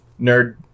nerd